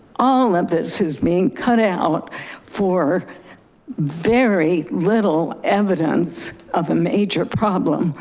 all of this is being cut out for very little evidence of major problem.